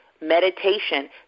meditation